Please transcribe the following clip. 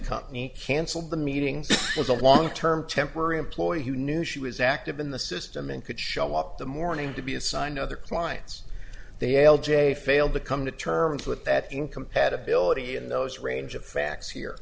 company canceled the meeting was a long term temporary employee who knew she was active in the system and could show up that morning to be assigned other clients they l j failed to come to terms with that in compatibility in those range of facts here